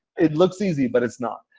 it looks easy. but it's not.